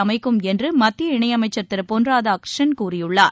அமைக்கும் என்று மத்திய இணை அமைச்சர் திரு பொன் ராதாகிருஷ்ணன் கூறியுள்ளார்